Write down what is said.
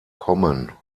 kommen